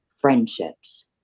friendships